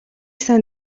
сайн